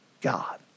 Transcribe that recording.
God